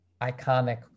iconic